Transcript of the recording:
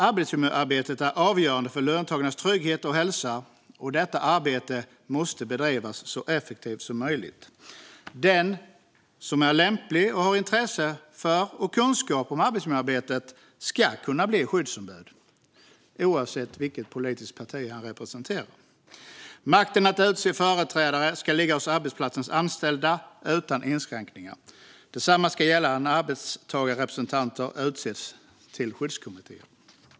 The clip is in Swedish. Arbetsmiljöarbetet är avgörande för löntagarnas trygghet och hälsa, och detta arbete måste bedrivas så effektivt som möjligt. Den som är lämplig och har intresse för och kunskap om arbetsmiljöarbetet ska kunna bli skyddsombud, oavsett vilket politiskt parti man representerar. Makten att utse företrädare ska ligga hos arbetsplatsens anställda, utan inskränkningar. Detsamma ska gälla när arbetstagarrepresentanter utses till skyddskommittéer.